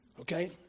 Okay